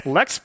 Lex